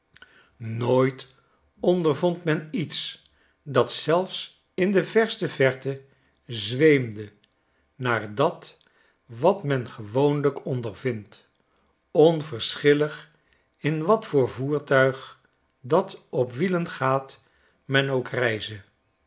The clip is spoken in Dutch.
nooit ondervond men iets dat zelfs in de verste verte zweemde naar dat wat men gewoonlijk ondervindt onverschillig in wat voor voertui g dat op wielen gaat men ook reize